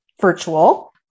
virtual